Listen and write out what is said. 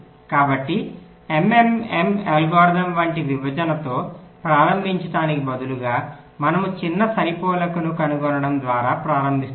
కాబట్టి MMM algorithm వంటి విభజనతో ప్రారంభించడానికి బదులుగా మనము చిన్న సరిపోలికను కనుగొనడం ద్వారా ప్రారంభిస్తాము